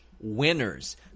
winners